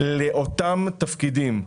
לאותם תפקידים.